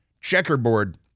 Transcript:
checkerboard